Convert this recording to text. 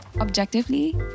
Objectively